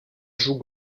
joue